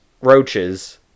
roaches